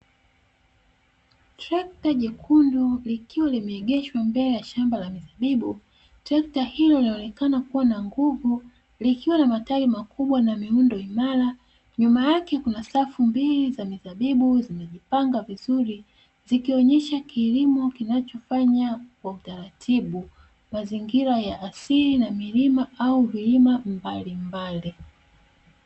Trekta jekundu likiwa limeegeshwa mbele ya shamba la mizabibu, trekta hilo linaonekana kuwa na nguvu likiwa na matairi makubwa na miundo imara, nyuma yake kuna safu mbili za mizabibu zimejipanga vizuri zikionyesha kilimo kinachofanya kwa utaratibu, mazingira ya asili na milima au vilima mbalimbali.